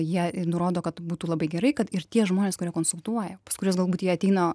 jie ir nurodo kad būtų labai gerai kad ir tie žmonės kurie konsultuoja pas kuriuos galbūt jie ateina